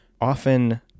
often